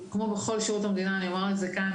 כמו בכל שירות המדינה אני אומר את זה כאן,